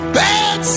bad